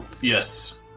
Yes